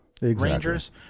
Rangers